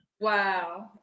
Wow